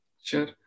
Sure